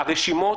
הרשימות